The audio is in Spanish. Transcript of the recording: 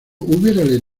hubiérale